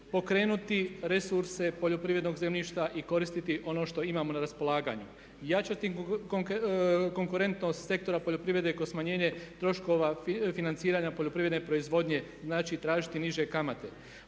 pokrenuti resurse poljoprivrednog zemljišta i koristiti ono što imamo na raspolaganju, jačati konkurentnost sektora poljoprivrede kroz smanjenje troškova financiranja poljoprivredne proizvodnje, znači tražiti niže kamate,